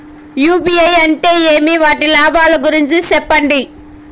UPI అంటే ఏమి? వాటి లాభాల గురించి సెప్పండి?